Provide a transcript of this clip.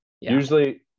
usually